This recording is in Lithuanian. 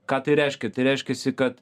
ką tai reiškia tai reiškiasi kad